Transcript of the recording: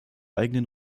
eigenen